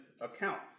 accounts